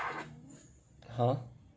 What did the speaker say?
!huh!